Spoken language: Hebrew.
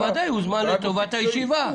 בוודאי שהוזמן לטובת הישיבה.